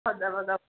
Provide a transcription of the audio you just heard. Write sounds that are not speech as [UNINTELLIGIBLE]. [UNINTELLIGIBLE]